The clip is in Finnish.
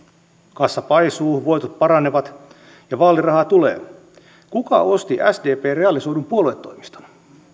kassa paisuu voitot paranevat ja vaalirahaa tulee kuka osti sdpn realisoidun puoluetoimiston